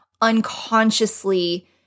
unconsciously